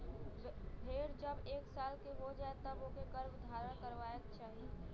भेड़ जब एक साल के हो जाए तब ओके गर्भधारण करवाए के चाही